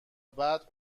بعد